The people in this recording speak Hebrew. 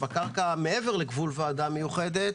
מעבר לגבול ועדה מיוחדת